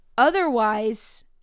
otherwise